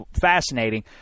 fascinating